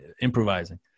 improvising